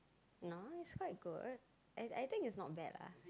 no is quite good I I think is not bad lah